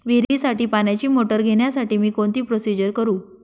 विहिरीसाठी पाण्याची मोटर घेण्यासाठी मी कोणती प्रोसिजर करु?